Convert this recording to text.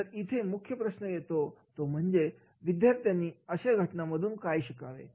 तर इथे मुख्य प्रश्न येतो तो म्हणजे विद्यार्थ्यांनी अशा घटनांमधून काय शिकावे